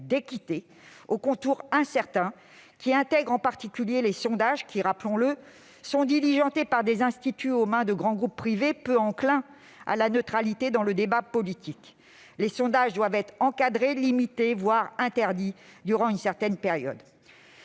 équité aux contours incertains, reposant souvent sur des sondages qui, rappelons-le, sont produits par des instituts aux mains de grands groupes privés, peu enclins à la neutralité dans le débat politique. Les sondages doivent être encadrés, limités, voire interdits durant une certaine période.